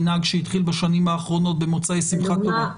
מנהג שהתחיל בשנים האחרונות במוצאי שמחת תורה.